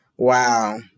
wow